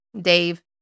Dave